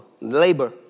labor